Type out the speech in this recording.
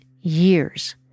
years